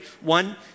One